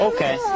Okay